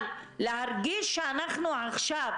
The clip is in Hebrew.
אבל להרגיש שעכשיו,